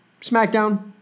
SmackDown